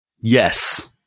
Yes